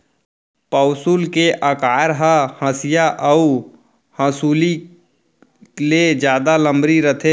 पौंसुल के अकार ह हँसिया अउ हँसुली ले जादा लमरी रथे